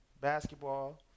Basketball